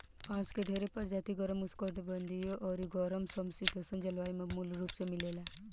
बांस के ढेरे प्रजाति गरम, उष्णकटिबंधीय अउरी गरम सम शीतोष्ण जलवायु में मूल रूप से मिलेला